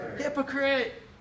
hypocrite